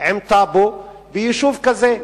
עם טאבו ביישוב כזה.